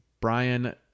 Brian